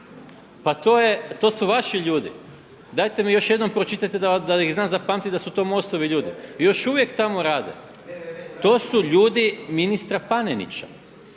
Pa to su vaši ljudi. Dajte mi još jednom pročitajte da ih znam zapamtiti da su to MOST-ovi ljudi. I još uvijek tamo rade. To su ljudi ministra Panenića